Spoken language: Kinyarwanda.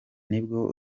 nibwo